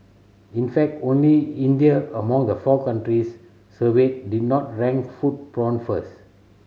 in fact only India among the four countries surveyed did not rank food porn first